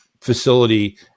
facility